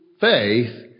faith